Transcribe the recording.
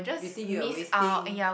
you think you are wasting